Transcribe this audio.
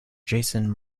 jason